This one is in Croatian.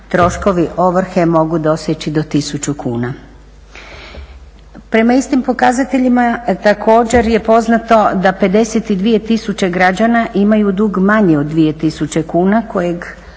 troškovi ovrhe mogu doseći do 1000 kuna. Prema istim pokazateljima također je poznato da 52 tisuće građana imaju dug manji od 2000 kuna kojeg